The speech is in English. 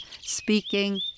speaking